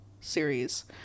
series